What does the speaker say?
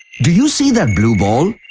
do you see that blue ball?